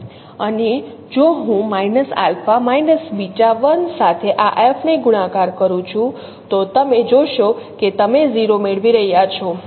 અને જો હું α β 1 સાથે આ F ને ગુણાકાર કરું છું તો તમે જોશો કે તમે 0 મેળવી રહ્યાં છો